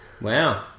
Wow